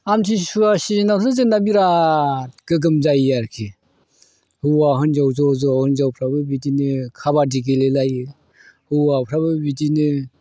आमतिसुवा सिजोनावथ' जोंना बिराद गोग्गोम जायो आरोखि हौवा हिनजाव ज' ज' हिनजावफ्राबो बिदिनो काबाडि गेलेलायो हौवाफ्राबो बिदिनो